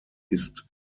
ist